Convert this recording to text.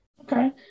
Okay